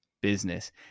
business